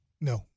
No